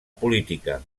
política